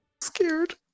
scared